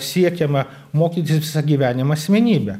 siekiama mokytis visą gyvenimą asmenybę